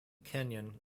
kenyon